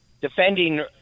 defending